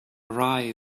rye